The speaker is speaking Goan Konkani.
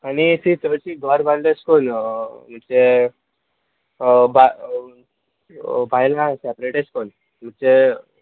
आनी ती चडशीं घर बांदून म्हणचे बा बायलांक सॅपरेट एश कोन्न म्हणचे